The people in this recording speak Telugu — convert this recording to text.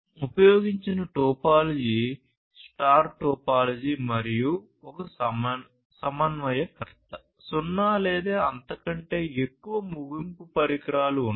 ఉపయోగించిన టోపోలాజీ స్టార్ టోపోలాజీ మరియు ఒక సమన్వయకర్త సున్నా లేదా అంతకంటే ఎక్కువ ముగింపు పరికరాలు ఉన్నాయి